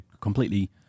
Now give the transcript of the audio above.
completely